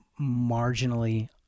marginally